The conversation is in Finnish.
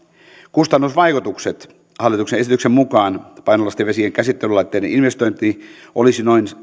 kustannusvaikutukset hallituksen esityksen mukaan painolastivesien käsittelylaitteiden investointiin olisivat noin